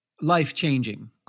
life-changing